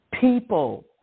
People